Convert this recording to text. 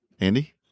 andy